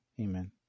Amen